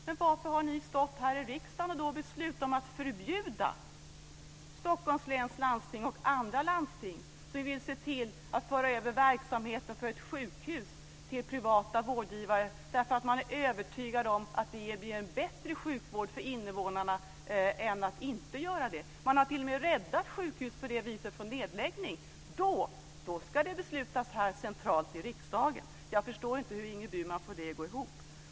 Men varför har ni då stått här i riksdagen och beslutat att förbjuda Stockholms läns landsting och andra landsting som vill se till att föra över verksamheten på ett sjukhus till privata vårdgivare för att de är övertygade om att det ger bättre sjukvård för invånarna än att inte göra det. Man har t.o.m. räddat sjukhus från nedläggning på det viset. Då ska det beslutas centralt i riksdagen. Jag förstår inte hur Ingrid Burman får det att gå ihop.